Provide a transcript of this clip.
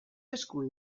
esku